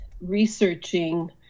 researching